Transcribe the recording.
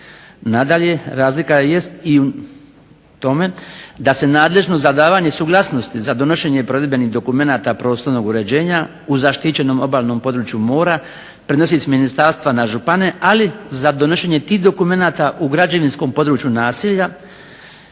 Nadalje, razlika jest i u tome da se nadležnost za davanje suglasnosti za donošenje provedbenih dokumenata prostornog uređenja u zaštićenom obalnom području mora prenosi s ministarstva na županije, ali za donošenje tih dokumenata u građevinskom području naselja,